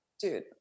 dude